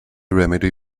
remedy